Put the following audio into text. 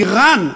איראן,